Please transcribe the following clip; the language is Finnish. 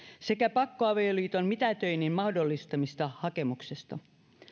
sekä pakkoavioliiton mitätöinnin mahdollistamista hakemuksesta